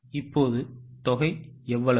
இப்போது தொகை எவ்வளவு